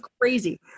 crazy